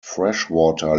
freshwater